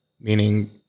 Meaning